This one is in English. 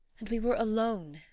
and we were alone,